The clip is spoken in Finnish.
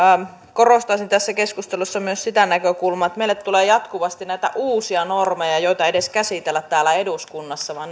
korostaisin tässä keskustelussa myös sitä näkökulmaa että meille tulee jatkuvasti näitä uusia normeja joita ei edes käsitellä täällä eduskunnassa vaan